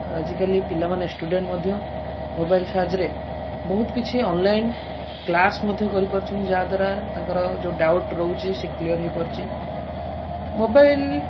ଆଉ ଆଜିକାଲି ପିଲାମାନେ ଷ୍ଟୁୁଡ଼େଣ୍ଟ୍ ମଧ୍ୟ ମୋବାଇଲ୍ ସାହାଯ୍ୟରେ ବହୁତ କିଛି ଅନଲାଇନ୍ କ୍ଲାସ୍ ମଧ୍ୟ କରିପାରୁଛନ୍ତି ଯାହାଦ୍ୱାରା ତାଙ୍କର ଯେଉଁ ଡାଉଟ୍ ରହୁଛି ସେ କ୍ଳିୟର୍ ହୋଇପାରୁଛି ମୋବାଇଲ୍